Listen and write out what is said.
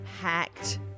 hacked